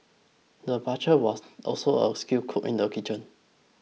the butcher was also a skilled cook in the kitchen